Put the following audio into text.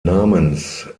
namens